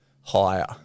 higher